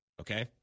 okay